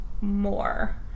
more